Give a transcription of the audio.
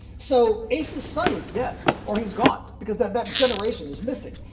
so asa's son is dead or he's gone because that that generation is missing.